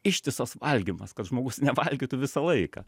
ištisas valgymas kad žmogus nevalgytų visą laiką